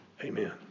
Amen